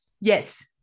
yes